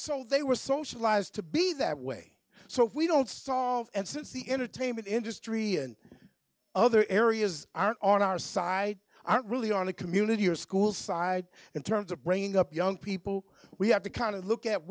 so they were socialized to be that way so if we don't solve and since the entertainment industry and other areas are on our side aren't really on a community or school side in terms of bringing up young people we have to kind of look at